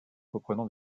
reprenant